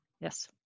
Yes